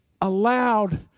allowed